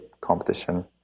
competition